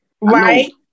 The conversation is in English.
Right